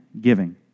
giving